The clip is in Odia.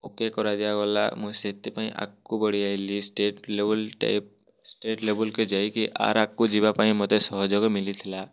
ଓକେ କରାଗଲା ମୁଁ ସେଥିପାଇଁ ଆଗ୍କୁ ବଢ଼ି ଆଇଲି ଷ୍ଟେଟ୍ ଲେବୁଲ୍ଟେ ଷ୍ଟେଟ୍ ଲେବୁଲ୍କେ ଯାଇ କି ଆର୍ ଆଗ୍କୁ ଯିବା ପାଇଁ ମତେ ସହଯୋଗ ମିଳିଥିଲା